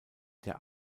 der